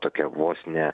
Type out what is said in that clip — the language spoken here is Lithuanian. tokią vos ne